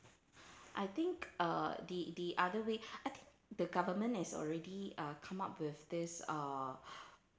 I think uh the the other way I think the government has already come up with this uh